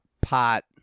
pot